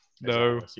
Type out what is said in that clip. no